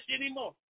anymore